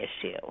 issue